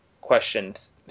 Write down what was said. questions